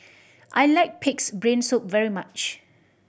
I like Pig's Brain Soup very much